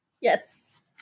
Yes